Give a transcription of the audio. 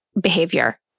behavior